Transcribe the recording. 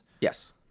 Yes